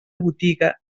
botiga